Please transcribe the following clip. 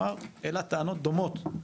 שהעלה טענות דומות,